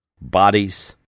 bodies